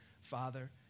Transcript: Father